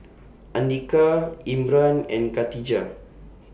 Andika Imran and Khatijah